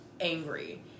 angry